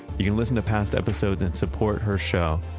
you listen to past episodes and support her show,